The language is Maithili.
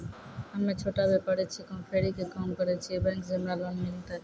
हम्मे छोटा व्यपारी छिकौं, फेरी के काम करे छियै, बैंक से हमरा लोन मिलतै?